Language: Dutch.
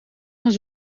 gaan